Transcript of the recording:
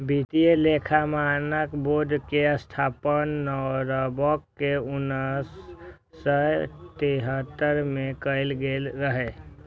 वित्तीय लेखा मानक बोर्ड के स्थापना नॉरवॉक मे उन्नैस सय तिहत्तर मे कैल गेल रहै